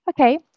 Okay